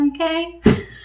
okay